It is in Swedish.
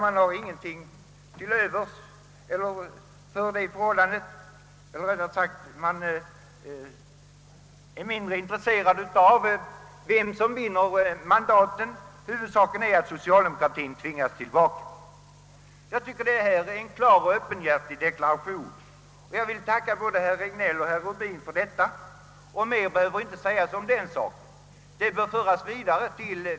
Man är alltså mindre intresserad av vem som vinner mandaten — huvud saken är att socialdemokratien tvingas tillbaka. Jag tycker detta är en klar och öppenhjärtlig deklaration, och jag vill tacka både herr Regnéll och herr Rubin för dessa uttalanden. — Mer be höver inte ordas om saken.